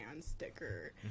sticker